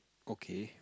okay